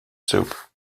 soup